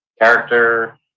character